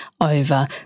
over